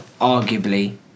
arguably